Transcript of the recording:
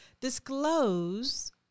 disclose